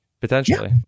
potentially